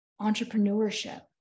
Entrepreneurship